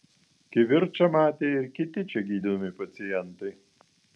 kivirčą matė ir kiti čia gydomi pacientai